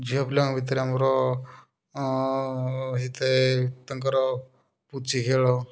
ଝିଅପିଲାଙ୍କ ଭିତରେ ଆମର ହେଇଥାଏ ତାଙ୍କର ପୁଚି ଖେଳ